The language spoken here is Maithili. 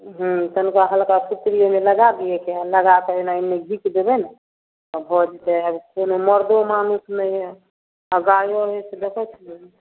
हूँ तनिका हल्का सुतरी ओइमे लगा दियैके हए लगाके एना एन्नी घीच देबैने तऽ भऽ जेतै कोनो मर्दों मानुस नहि अय अब गायो अछि देखै छियै